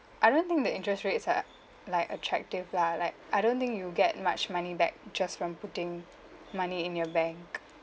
I don't think the interest rates are like attractive lah like I don't think you get much money back just from putting money in your bank